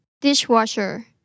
Dishwasher